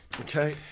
Okay